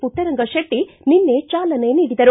ಪುಟ್ಟರಂಗಶೆಟ್ಟಿ ನಿನ್ನೆ ಚಾಲನೆ ನೀಡಿದರು